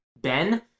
Ben